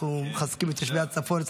אנחנו מחזקים את תושבי הצפון.